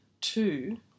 Two